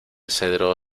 cedro